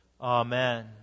Amen